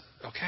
Okay